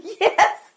Yes